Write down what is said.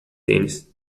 tênis